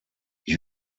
ich